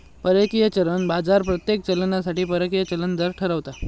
परकीय चलन बाजार प्रत्येक चलनासाठी परकीय चलन दर ठरवता